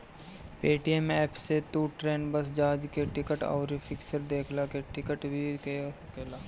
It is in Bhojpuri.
पेटीएम एप्प से तू ट्रेन, बस, जहाज के टिकट, अउरी फिक्चर देखला के टिकट भी कअ सकेला